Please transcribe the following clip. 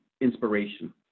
inspiration